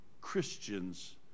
Christians